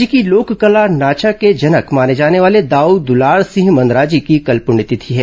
राज्य की लोक कला नाचा के जनक माने जाने वाले दाऊ दुलार सिंह मंदराजी की कल पुण्यतिथि है